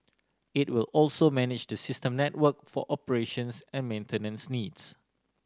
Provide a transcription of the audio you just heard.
it will also manage the system network for operations and maintenance needs